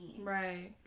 Right